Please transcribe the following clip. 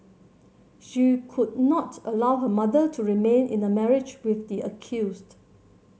she could not allow her mother to remain in a marriage with the accused